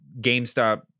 GameStop